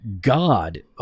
God